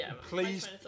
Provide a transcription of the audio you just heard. please